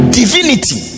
divinity